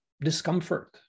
discomfort